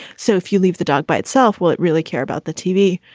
so if you leave the dog by itself, will it really care about the tv?